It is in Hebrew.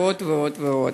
ועוד ועוד ועוד.